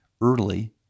early